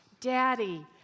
Daddy